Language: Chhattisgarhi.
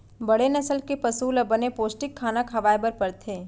बड़े नसल के पसु ल बने पोस्टिक खाना खवाए बर परथे